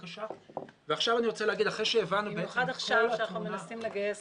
במיוחד עכשיו כשאנחנו מנסים לגייס